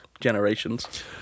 generations